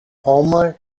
palmer